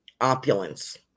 opulence